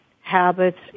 habits